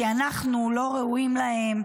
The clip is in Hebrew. כי אנחנו לא ראויים להם.